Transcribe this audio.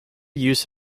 use